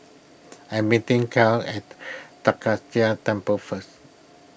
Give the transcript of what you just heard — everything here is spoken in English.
I am meeting Caryn at Tai Kak Seah Temple first